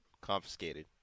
confiscated